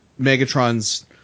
Megatron's